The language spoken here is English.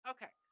Okay